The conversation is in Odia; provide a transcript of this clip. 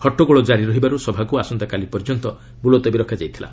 ହଟ୍ଟଗୋଳ ଜାରି ରହିବାରୁ ସଭାକୁ ଆସନ୍ତାକାଲି ପର୍ଯ୍ୟନ୍ତ ମୁଲତବୀ ରଖାଯଇଥିଲା